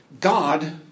God